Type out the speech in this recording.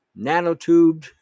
nanotubed